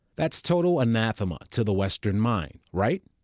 that's total anathema to the western mind, right?